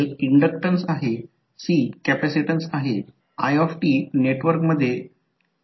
दोन्ही डॉट पहा मला म्हणायचे आहे की या प्रकारची गोष्ट येथे आहे हे येथे आहे येथे करंट टर्मिनल रेफरन्स डॉट पासून दूर जात आहे